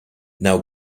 now